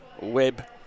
web